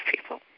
people